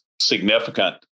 significant